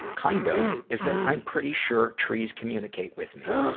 kind of, is that i'm pretty sure trees communicate with me.